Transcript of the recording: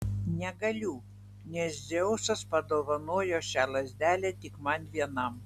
negaliu nes dzeusas padovanojo šią lazdelę tik man vienam